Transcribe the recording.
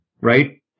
right